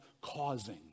causing